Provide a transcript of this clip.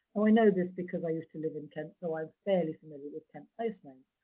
oh, i know this because i used to live in kent. so i'm fairly familiar with kent post names.